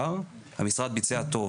המשרד ביצע טוב.